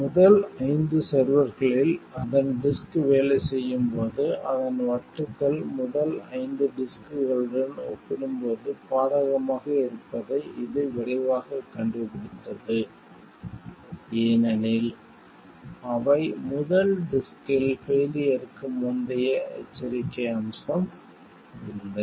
முதல் ஐந்து செர்வர்களில் அதன் டிஸ்க் வேலை செய்யும் போது அதன் வட்டுகள் முதல் ஐந்து டிஸ்க்களுடன் ஒப்பிடும்போது பாதகமாக இருப்பதை இது விரைவாகக் கண்டுபிடித்தது ஏனெனில் அவை முதல் டிஸ்க்கில் பெய்லியர்க்கு முந்தைய எச்சரிக்கை அம்சம் இல்லை